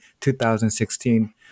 2016